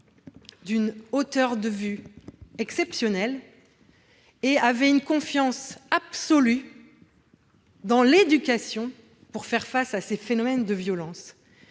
d'une hauteur de vue exceptionnelle et avaient une confiance absolue dans l'éducation pour faire face à ces phénomènes. Je crois